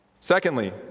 Secondly